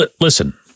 listen